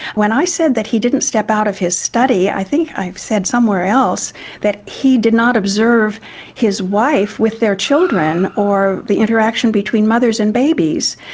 when i said that he didn't step out of his study, i think i've said somewhere else that he did not observe his wife with their children or the interaction between mothers and babies,